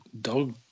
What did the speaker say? dog